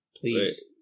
Please